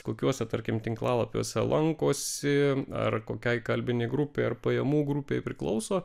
kokiuose tarkim tinklalapiuose lankosi ar kokiai kalbinei grupei ar pajamų grupei priklauso